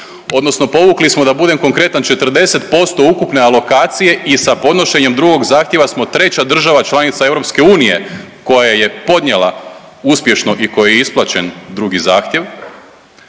odnosno povukli smo da budem konkretan 40% ukupne alokacije i sa podnošenjem drugog zahtjeva smo treća država članica EU koja je podnijela uspješno i koji je isplaćen drugi zahtjev